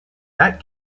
that